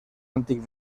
antic